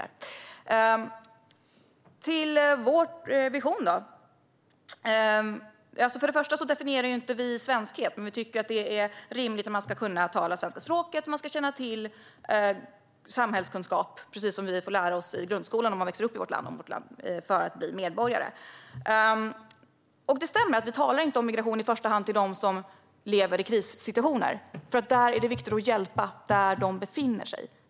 Låt mig gå över till vår vision. För det första definierar vi inte svenskhet, men vi tycker att det är rimligt att man för att bli medborgare ska kunna tala svenska språket och att man ska känna till samhällskunskap, precis som vi får lära oss om vårt land i grundskolan när vi växer upp här. Det stämmer att vi inte talar om migration i första hand för dem som lever i krissituationer, för det är viktigt att hjälpa dem där de befinner sig.